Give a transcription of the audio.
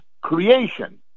creation